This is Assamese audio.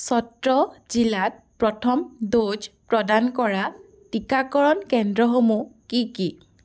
চত্ৰ জিলাত প্ৰথম ড'জ প্ৰদান কৰা টিকাকৰণ কেন্দ্ৰসমূহ কি কি